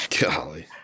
Golly